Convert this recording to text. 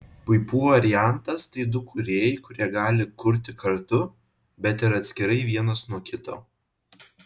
puipų variantas tai du kūrėjai kurie gali kurti kartu bet ir atskirai vienas nuo kito